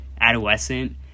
adolescent